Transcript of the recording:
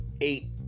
eight